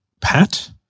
Pat